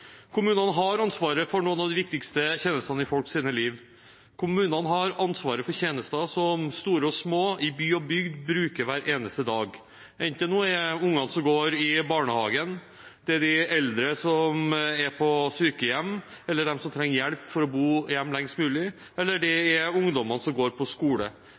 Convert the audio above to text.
Kommunene har ansvaret for noen av de viktigste tjenestene i folks liv. Kommunene har ansvaret for tjenester som store og små i by og bygd bruker hver eneste dag, enten det er ungene som går i barnehagen, de eldre som er på sykehjem, de som trenger hjelp for å bo hjemme lengst mulig, eller det er ungdommene som går på skole.